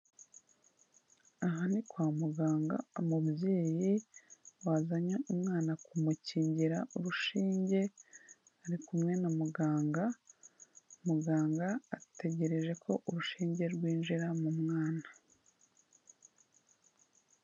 Aha ni kwa muganga, umubyeyi wazanye umwana kumukingira urushinge, ari kumwe na muganga, muganga ategereje ko urushinge rwinjira mu mwana.